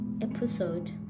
episode